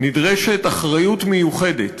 נדרשת אחריות מיוחדת,